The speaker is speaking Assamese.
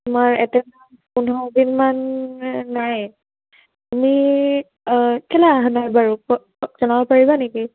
তোমাৰ এটেনডেঞ্চ পোন্ধৰ দিন মান নাই তুমি কেলৈ অহা নাই বাৰু জনাব পাৰিবা নেকি